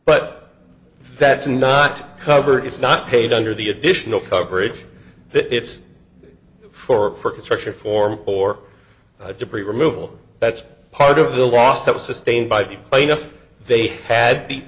but that's not covered it's not paid under the additional coverage that it's for construction form or debris removal that's part of the loss of a sustained by the plaintiff they had the